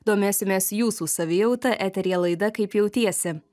domėsimės jūsų savijauta eteryje laida kaip jautiesi